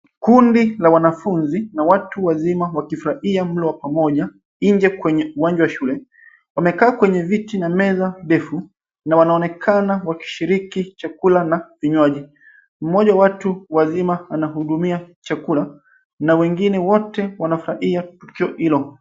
Kundi la wanafunzi na watu wazima wakifurahia mlo pamoja nje kwenye uwanja wa shule. Wamekaa kwenye viti na meza ndefu na wanaonekana wakishiriki chakula na vinywaji. Mmoja wa watu wazima anahudumia chakula na wengine wote wanafurahia tukio hilo.